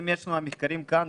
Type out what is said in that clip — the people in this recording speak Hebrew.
אם יש לנו מחקרים כאן,